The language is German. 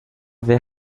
wer